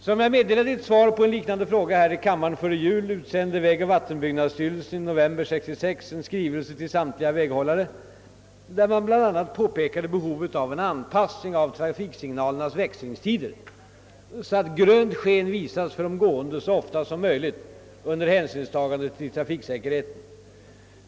Som jag meddelade i ett svar på en liknande fråga här i kammaren före jul utsände vägoch vattenbyggnadsstyrelsen i november 1966 en skrivelse till samtliga väghållare där man bl a. påpekade behovet av en anpassning av trafiksignalernas växlingstider så att grönt sken visas för de gående så ofta som möjligt under hänsynstagande till trafiksäkerheten.